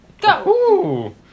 Go